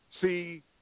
See